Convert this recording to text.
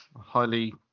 highly